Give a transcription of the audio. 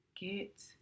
get